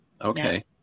Okay